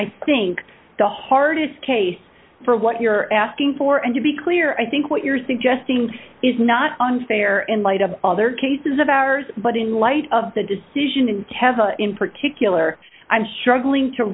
i think the hardest case for what you're asking for and to be clear i think what you're suggesting is not unfair in light of other cases of ours but in light of the decision in tesla in particular i'm struggling to